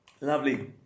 Lovely